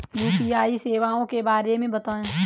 UPI सेवाओं के बारे में बताएँ?